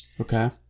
Okay